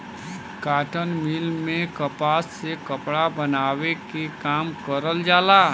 cotton mill में कपास से कपड़ा बनावे के काम करल जाला